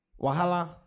Wahala